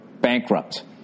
bankrupt